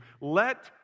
Let